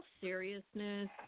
seriousness